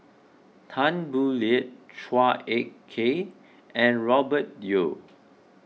Tan Boo Liat Chua Ek Kay and Robert Yeo